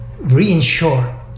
reinsure